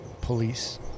Police